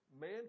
man